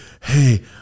Hey